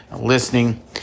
listening